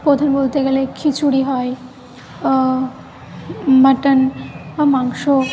প্রধান বলতে গেলে খিচুড়ি হয় মাটন বা মাংস